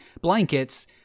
blankets